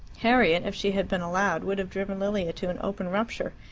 harriet, if she had been allowed, would have driven lilia to an open rupture,